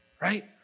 right